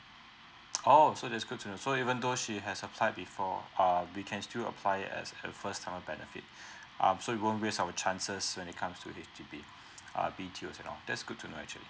oh so that's good to know so even though she has applied before err we can still apply as a first timer benefit um so it won't waste our chances when it comes to H_D_B uh B_T_Os and all that's good to know actually